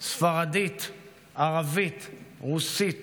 ספרדית, ערבית, רוסית